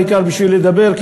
העיקר בשביל לדבר,